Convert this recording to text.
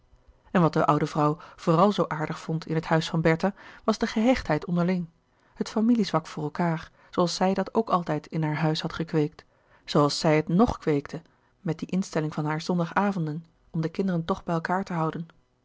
en wat de oude vrouw vooral zoo aardig vond in het huis van bertha was de gehechtheid onderling het familie zwak voor elkaâr zooals zij dat ook altijd in haar huis had gekweekt zooals zij het zoo nog kweekte met die instelling van haar zondagavonden om de kinderen toch bij elkaâr te houden